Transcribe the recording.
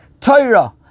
Torah